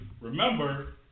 remember